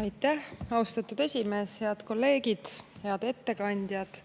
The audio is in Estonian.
Aitäh, austatud esimees! Head kolleegid! Head ettekandjad,